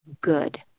good